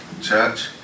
church